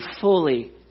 fully